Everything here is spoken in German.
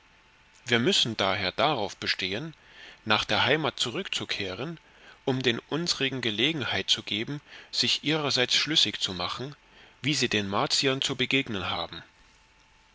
wir müssen daher darauf bestehen nach der heimat zurückzukehren um den unsrigen gelegenheit zu geben sich ihrerseits schlüssig zu machen wie sie den martiern zu begegnen haben